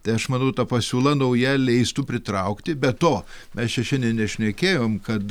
tai aš manau ta pasiūla nauja leistų pritraukti be to mes čia šiandien nešnekėjom kad